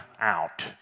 out